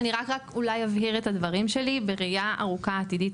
אני אולי רק אבהיר את הדברים שלי: בראייה עתידית,